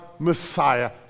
Messiah